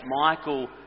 Michael